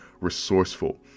resourceful